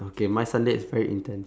okay my sunday is very intense